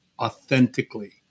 authentically